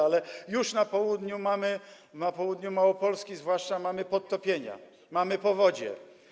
Ale już na południu, na południu Małopolski zwłaszcza, mamy podtopienia, mamy powodzie.